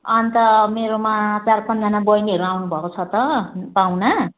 अनि त मेरोमा चार पाँचजना बहिनीहरू आउनुभएको छ त पाहुना